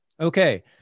Okay